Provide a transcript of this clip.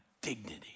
dignity